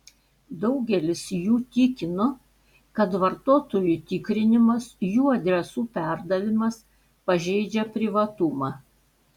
daugelis jų tikino kad vartotojų tikrinimas jų adresų perdavimas pažeidžia privatumą